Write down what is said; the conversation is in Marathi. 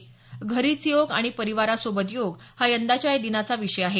घरीच योग आणि परिवारासोबत योग हा यंदाच्या या दिनाचा विषय आहे